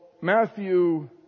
Matthew